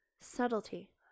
Subtlety